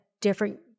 different